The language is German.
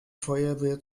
feuerwehr